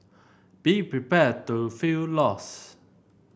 be prepared to feel lost